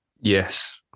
Yes